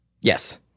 Yes